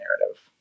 narrative